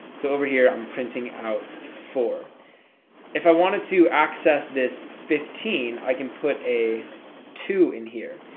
so over here, i'm printing out four if i wanted to access this fifteen i can put a two in here.